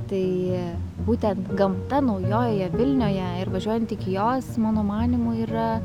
tai būtent gamta naujojoje vilnioje ir važiuojant iki jos mano manymu yra